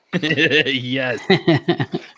Yes